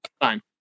fine